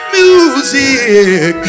music